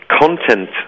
content